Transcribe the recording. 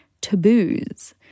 taboos